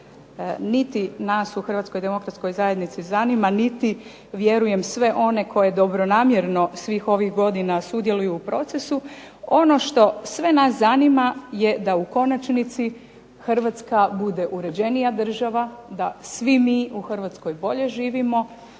niti nas u Hrvatskoj demokratskoj zajednici zanima niti vjerujem sve one koji dobronamjerno svih ovih godina sudjeluju u procesu, ono što sve nas zanima je da u konačnici Hrvatska bude uređenija država, da svi mi u Hrvatskoj bolje živimo,